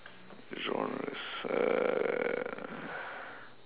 genres uh